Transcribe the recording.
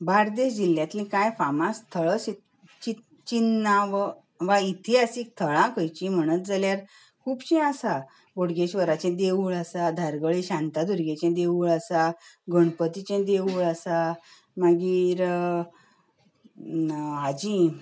बार्देश जिल्यांतलीं कांय फामाद स्थळ चि चिन्नां व वा इतिहासीक थळां खंयचीं म्हणत जाल्यार खुबशीं आसा बोडगेश्वराचे देवूळ आसा धारगळे शांतादुर्गेंचें देवूळ आसा गणपतीचें देवूळ आसा मागीर अं हाचीं